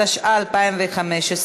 התשע"ה 2015,